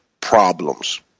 problems